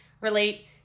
relate